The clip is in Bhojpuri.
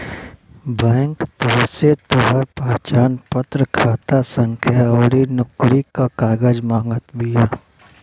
बैंक तोहसे तोहार पहचानपत्र, खाता संख्या अउरी नोकरी कअ कागज मांगत बिया